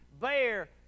bear